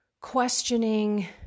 questioning